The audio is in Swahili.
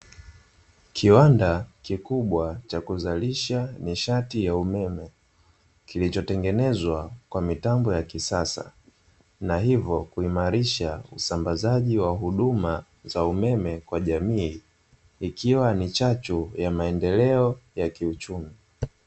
Kiwanda kikubwa cha kuzalisha nishati ya umeme kilichotengenezwa kwa mitambo ya kisasa, na hivyo kuimarisha usambazaji wa huduma za umeme kwa jamii ikiwa ni chachu ya maendeleo ya kiuchumi.